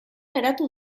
geratu